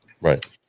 Right